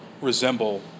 resemble